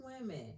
women